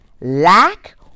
Lack